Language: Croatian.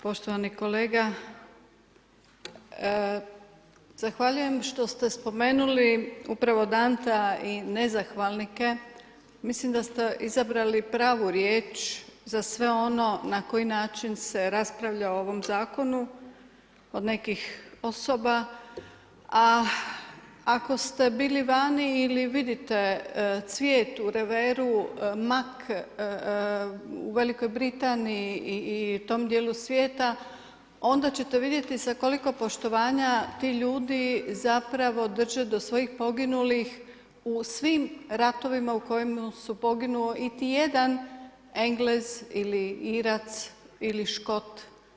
Poštovani kolega, zahvaljujem što ste spomenuli upravo Dantea i nezahvalnike, mislim da ste izabrali pravu riječ za sve ono na koji način se raspravlja o ovom zakonu, od nekih osoba, a ako ste bili vani ili vidite cvijet u reveru, mak, u Velikoj Britaniji i u tom dijelu svijeta, onda ćete vidjeti sa koliko poštovanja ti ljudi zapravo drže do svojih poginulih u svim ratovima u kojima su poginuli niti jedan Englez ili Irac ili Škot.